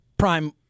Prime